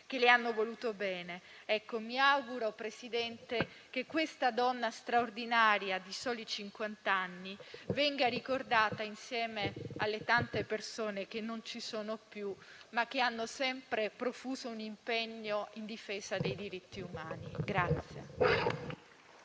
che le hanno voluto bene. Signora Presidente, mi auguro che questa donna straordinaria, di soli cinquant'anni, venga ricordata insieme alle tante persone che non ci sono più e che hanno sempre profuso un impegno in difesa dei diritti umani.